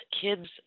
kids